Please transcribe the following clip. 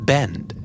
Bend